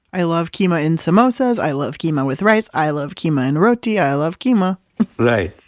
i love keema in samosas, i love keema with rice, i love keema in roti. i love keema right